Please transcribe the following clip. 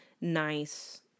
nice